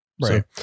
right